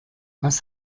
was